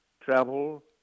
travel